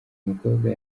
mukobwa